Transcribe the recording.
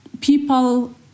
people